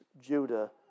Judah